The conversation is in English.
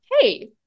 hey